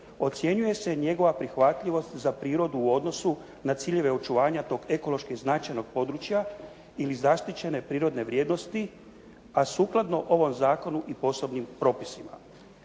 ocjenjuje se njegova prihvatljivost za prirodu u odnosu na ciljeve očuvanja tog ekološki značajnog područja ili zaštićene prirodne vrijednosti, a sukladno ovom zakonu i posebnim propisima.